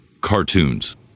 cartoons